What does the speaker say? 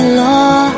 law